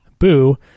boo